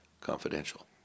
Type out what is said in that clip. confidential